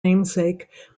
namesake